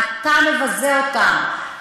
אתה מבזה אותם.